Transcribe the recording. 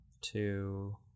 two